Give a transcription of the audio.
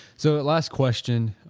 so last question,